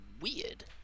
weird